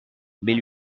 mais